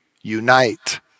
unite